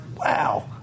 wow